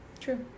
true